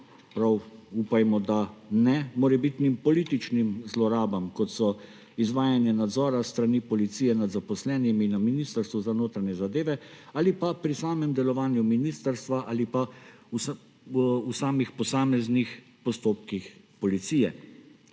upajmo, da ne, morebitnim političnim zlorabam, kot so izvajanje nadzora s strani policije nad zaposlenimi na Ministrstvu za notranje zadeve, ali pa pri samem delovanju ministrstva, ali pa v samih posameznih postopkih policije.